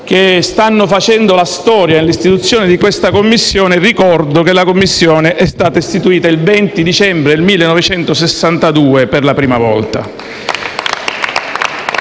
che stanno facendo la storia con l'istituzione di questa Commissione, ricordo che la Commissione è stata istituita per la prima volta